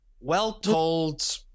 well-told